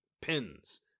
pins